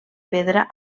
pedra